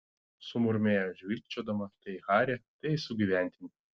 sumurmėjo žvilgčiodama tai į harį tai į sugyventinį